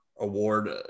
award